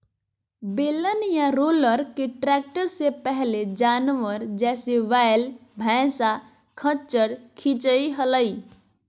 बेलन या रोलर के ट्रैक्टर से पहले जानवर, जैसे वैल, भैंसा, खच्चर खीचई हलई